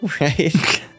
right